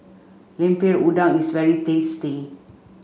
Lemper Udang is very tasty